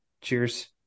cheers